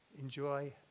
enjoy